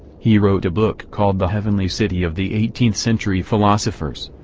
he wrote a book called the heavenly city of the eighteenthcentury philosophers.